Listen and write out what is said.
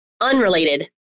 unrelated